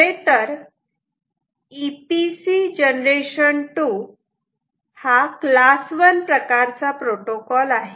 खरेतर EPC generation 2 हा class 1 प्रकारचा प्रोटोकॉल आहे